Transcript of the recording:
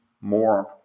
more